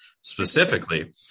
specifically